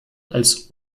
als